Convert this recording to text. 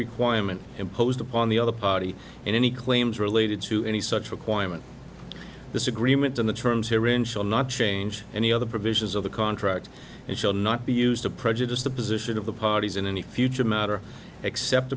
requirement imposed upon the other party and any claims related to any such requirement disagreement on the terms here in shall not change any other provisions of the contract and shall not be used to prejudice the position of the parties in any future matter except